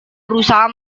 berusaha